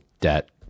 debt